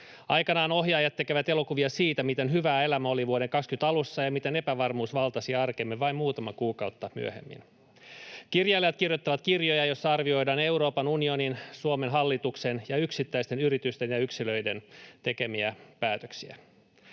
Aikanaan ohjaajat tekevät elokuvia siitä, miten hyvää elämä oli vuoden 20 alussa ja miten epävarmuus valtasi arkemme vain muutamaa kuukautta myöhemmin. Kirjailijat kirjoittavat kirjoja, joissa arvioidaan Euroopan unionin, Suomen hallituksen ja yksittäisten yritysten ja yksilöiden tekemiä päätöksiä.